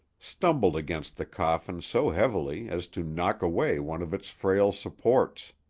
stumbled against the coffin so heavily as to knock away one of its frail supports.